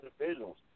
individuals